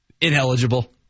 Ineligible